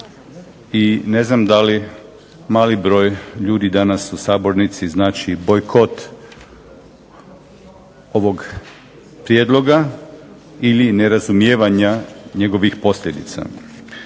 I ne znam da li mali broj ljudi danas u sabornici znači bojkot ovog prijedloga ili nerazumijevanja njegovih posljedica.